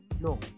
no